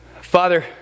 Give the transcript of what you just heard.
Father